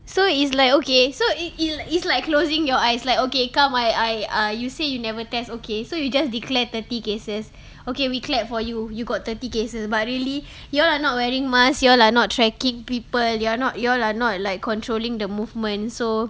so it's like okay so it it l~ it's like closing your eyes like okay come I I ah you say you never test okay so you just declare thirty cases okay we clap for you you got thirty cases but really you all are not wearing mask you all are not tracking people you're not you all are not like controlling the movement so